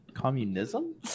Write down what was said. Communism